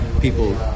people